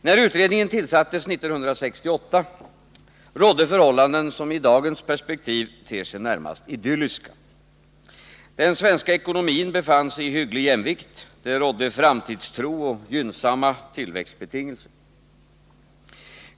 När utredningen tillsattes 1968 rådde förhållanden som i dagens perspektiv ter sig närmast idylliska. Den svenska ekonomin befann sig i hygglig jämvikt, det rådde framtidstro och gynnsamma tillväxtbetingelser.